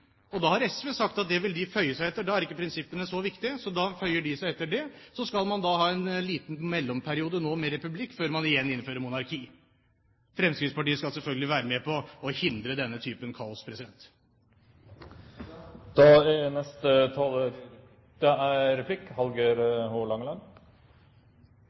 og da har SV sagt at det vil de føye seg etter – da er ikke prinsippene så viktige, så da føyer de seg etter det. Så skal man ha en liten mellomperiode med republikk før man igjen innfører monarki. Fremskrittspartiet skal selvfølgelig være med på å hindre denne typen kaos. Det blir replikkordskifte. Eg synest det er